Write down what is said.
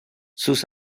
sus